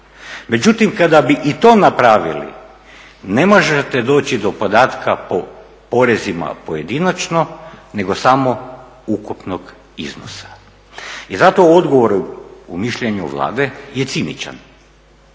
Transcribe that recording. Međutim kada bi i to napravili ne možete doći do podatka po porezima pojedinačno nego samo ukupnog iznosa. I zato odgovoru u mišljenju Vlade je ciničan